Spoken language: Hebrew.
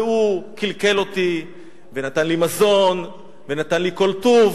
והוא כלכל אותי ונתן לי מזון ונתן לי כל טוב,